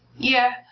yeah,